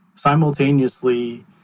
Simultaneously